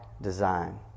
design